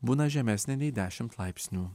būna žemesnė nei dešimt laipsnių